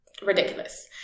Ridiculous